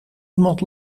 iemand